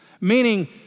Meaning